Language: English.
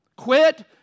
Quit